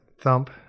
Thump